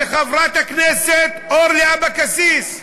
וחברת הכנסת אורלי אבקסיס,